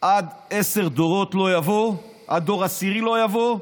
עד עשרה דורות, עד דור עשירי דור לא יבוא.